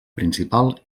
principal